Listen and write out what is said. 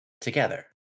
together